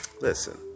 listen